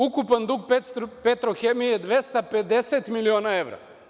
Ukupan dug „Petrohemije“ je 256 miliona evra.